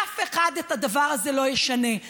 אף אחד לא ישנה את הדבר הזה.